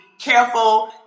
careful